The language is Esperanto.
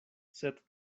sed